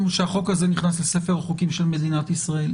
שהחוק הזה נכנס לספר החוקים של מדינת ישראל.